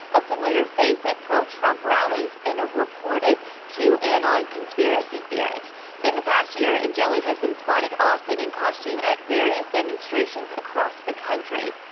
a familiar face at pro trump rallies in a reported q ann on conspiracy theorists in the past year in jelly has been spotted often in costume at various demonstrations across the country.